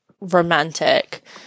romantic